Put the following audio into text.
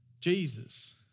Jesus